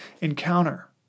encounter